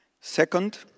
Second